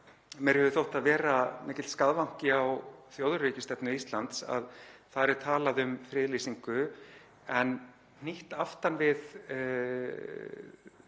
mér hefur þótt það vera mikill skavanki á þjóðaröryggisstefnu Íslands að þar er talað um friðlýsingu en hnýtt aftan við